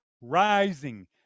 rising